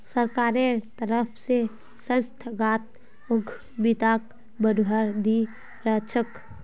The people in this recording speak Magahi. सरकारेर तरफ स संस्थागत उद्यमिताक बढ़ावा दी त रह छेक